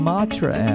Matra